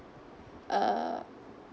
err